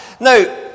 Now